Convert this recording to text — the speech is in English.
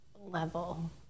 level